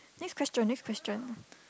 next question next question